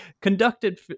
conducted